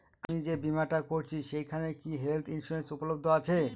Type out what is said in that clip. আমি যে বীমাটা করছি সেইখানে কি হেল্থ ইন্সুরেন্স উপলব্ধ আছে?